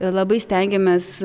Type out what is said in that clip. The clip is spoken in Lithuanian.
labai stengiamės